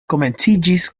komenciĝis